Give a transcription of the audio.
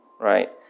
right